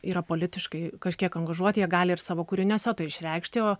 yra politiškai kažkiek angažuoti jie gali ir savo kūriniuose tai išreikšti o